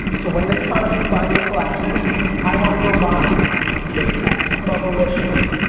so when this economy finally collapses i wanna go buy kitkats, bubblicious,